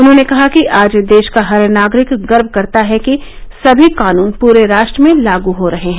उन्होंने कहा कि आज देश का हर नागरिक गर्व करता है कि सभी कानून पूरे राष्ट्र में लागू हो रहे हैं